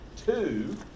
Two